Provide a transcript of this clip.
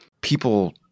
people